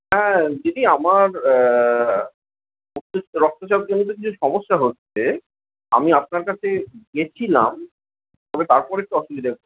হ্যাঁ দিদি আমার রক্তচাপজনিত কিছু সমস্যা হচ্ছে আমি আপনার কাছে গিয়েছিলাম তবে তার পরে একটু অসুবিধা হচ্ছে